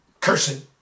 cursing